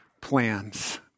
plans